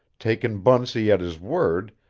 taken bunsey at his word,